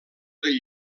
del